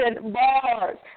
bars